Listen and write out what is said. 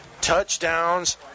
touchdowns